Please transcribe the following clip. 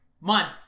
month